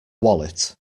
wallet